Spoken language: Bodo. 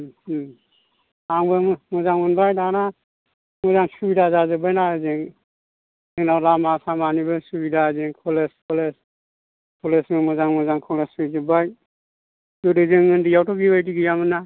उम उम आंबो मोजां मोनबाय दाना मोजां सुबिदा जाजोबबाय ना ओजों जोंना लामा सामानिबो सुबिदा कलेज थलेज कलेजबो मोजां मोजां कलेज फैजोबबाय गोदो जों उन्दैआवथ' बे बायदि गैयामोन ना